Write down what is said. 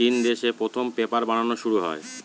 চিন দেশে প্রথম পেপার বানানো শুরু হয়